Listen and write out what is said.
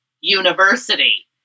University